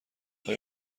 آیا